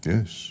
Yes